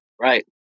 Right